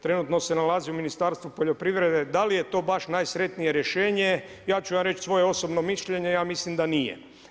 Trenutno se nalazi u Ministarstvu poljoprivrede, da li je to baš najsretnije rješenje, ja ću vam reći svoje osobno mišljenje, ja mislim da nije.